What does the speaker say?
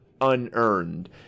unearned